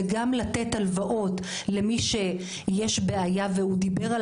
וגם לתת הלוואות למי שיש בעיה והוא דיבר על